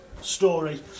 story